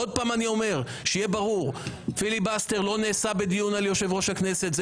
עוד פעם שיהיה ברור: פיליבסטר לא נעשה בדיון על יושב-ראש הכנסת.